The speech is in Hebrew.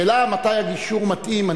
השאלה מתי הגישור מתאים.